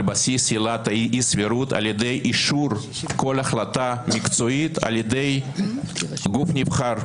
בסיס עילת האי-סבירות על ידי אישור כל החלטה מקצועית על ידי גוף נבחר,